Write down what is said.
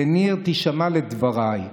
לניר: תישמע לדבריי,